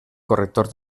corrector